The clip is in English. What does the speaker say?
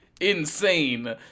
insane